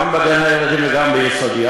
גם בגני-הילדים וגם ביסודי,